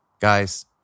Guys